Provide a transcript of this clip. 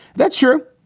that's sure.